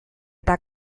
eta